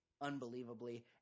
unbelievably